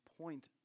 point